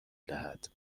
دهد